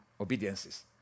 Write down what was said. Obediences